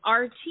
RT